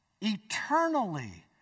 eternally